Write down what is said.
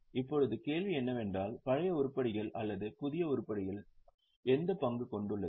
இப்போது கேள்வி என்னவென்றால் பழைய உருப்படிகள் அல்லது புதிய உருப்படிகளை எந்த பங்கு கொண்டுள்ளது